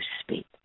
speak